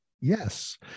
Yes